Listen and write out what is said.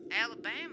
Alabama